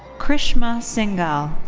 krishma singal.